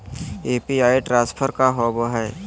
UPI transfer का होव हई?